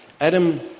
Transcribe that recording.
Adam